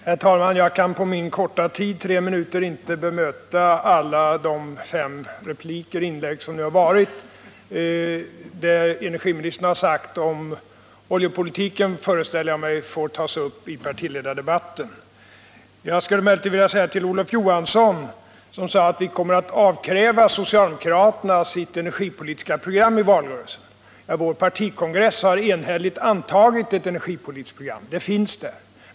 Herr talman! Jag kan på min korta tid, tre minuter, inte bemöta alla de fem repliker och inlägg som har gjorts. Det energiministern har sagt om oljepolitiken föreställer jag mig får tas upp i partiledardebatten. Jag skulle först vilja säga några ord till Olof Johansson, som sade att centern kommer att, avkräva socialdemokraterna deras energipolitiska program i valrörelsen. Vår partikongress har enhälligt antagit ett energipolitiskt program.